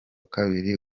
kabiri